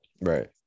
right